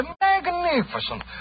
magnificent